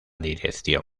dirección